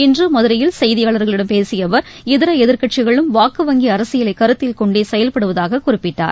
இன்று மதுரையில் செய்தியாளர்களிடம் பேசிய அவர் இதர எதிர்க்கட்சிகளும் வாக்கு வங்கி அரசியலை கருத்தில் கொண்டே செயல்படுவதாக குறிப்பிட்டார்